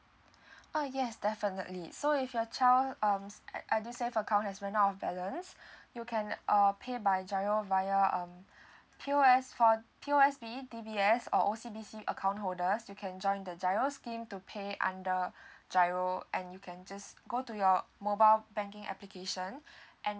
oh yes definitely so if your child um edusave a count has ran out of balance you can uh pay by G_I_R_O via um P_O_S for P_O_S_T B_D_S or O_C_B_C account holders you can join the G_I_R_O scheme to pay under G_I_R_O and you can just go to your mobile banking application and